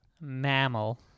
Mammal